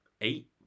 Eight